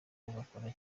bagakora